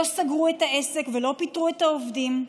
לא סגרו את העסק ולא פיטרו את העובדים,